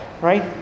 right